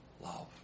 love